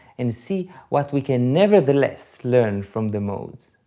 and see what we can nevertheless learn from the modes.